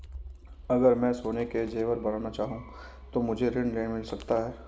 अगर मैं सोने के ज़ेवर बनाना चाहूं तो मुझे ऋण मिल सकता है?